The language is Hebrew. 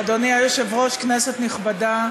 אדוני היושב-ראש, כנסת נכבדה,